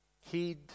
heed